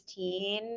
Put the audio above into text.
16